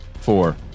Four